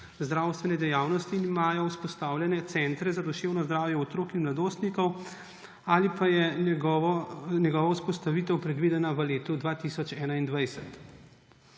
zdravstvene dejavnosti in imajo vzpostavljene centre za duševno zdravje otrok in mladostnikov ali pa je njegova vzpostavitev predvidena v letu 2021.